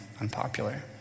unpopular